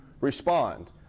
respond